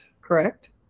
Correct